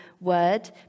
word